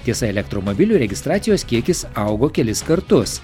tiesa elektromobilių registracijos kiekis augo kelis kartus